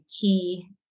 key